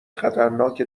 خطرناک